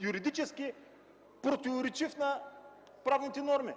юридически противоречив на правните норми.